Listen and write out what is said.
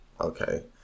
Okay